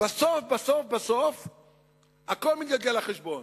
בסוף בסוף הכול מתגלגל לחשבון,